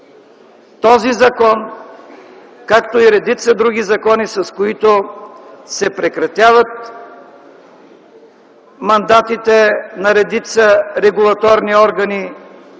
този закон, както и редица други закони, с които се прекратяват мандатите на редица регулаторни органи